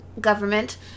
Government